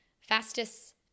fastest